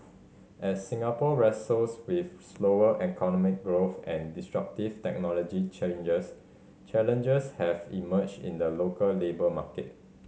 as Singapore wrestles with slower economic growth and disruptive technology changes challenges have emerged in the local labour market